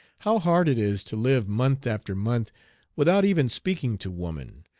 how hard it is to live month after month without even speaking to woman,